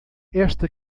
esta